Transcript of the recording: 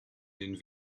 den